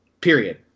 Period